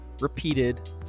repeated